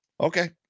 Okay